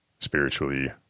spiritually